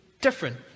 different